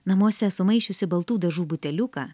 namuose sumaišiusi baltų dažų buteliuką